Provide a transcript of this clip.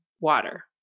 water